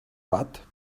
watt